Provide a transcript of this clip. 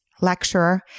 lecturer